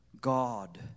God